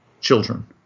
children